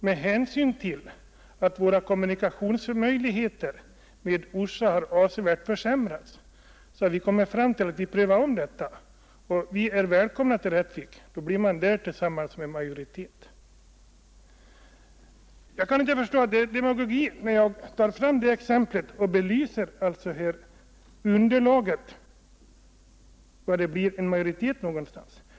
Med hänsyn till att kommunikationerna med Orsa har avsevärt försämrats har Ore nu prövat om sitt ställningstagande, och Oreborna är välkomna att bilda majoritet tillsammans med Rättvik. Jag kan inte förstå att det är demagogi, när jag anför det exemplet för att belysa majoritetsförhållandet.